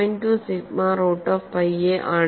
2 sigma root of pi aആണ്